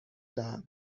دهم